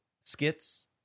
skits